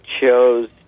chose